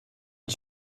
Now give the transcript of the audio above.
did